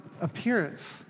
appearance